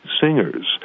singers